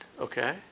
Okay